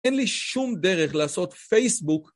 אין לי שום דרך לעשות פייסבוק.